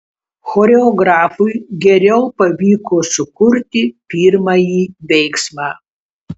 choreografui geriau pavyko sukurti pirmąjį veiksmą